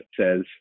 says